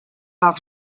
par